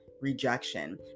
rejection